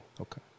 Okay